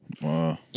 Wow